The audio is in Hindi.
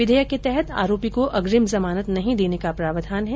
विधेयक के तहत आरोपी को अग्रिम जमानत नहीं देने का प्रावधान है